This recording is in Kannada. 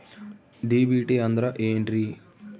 ಡಿ.ಬಿ.ಟಿ ಅಂದ್ರ ಏನ್ರಿ?